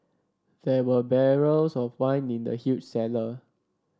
there were barrels of wine in the huge cellar